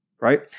right